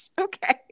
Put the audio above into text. Okay